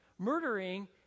murdering